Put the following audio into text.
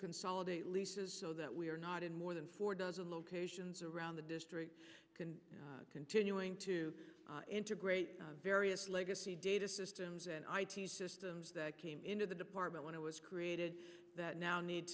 consolidate leases so that we are not in more than four dozen locations around the district continuing to integrate the various legacy data systems and i t systems that came into the department when it was created that now need